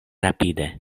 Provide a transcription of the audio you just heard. rapide